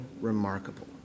remarkable